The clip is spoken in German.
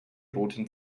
roten